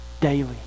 daily